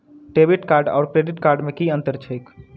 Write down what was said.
Debit card आओर credit card मे की अन्तर छैक?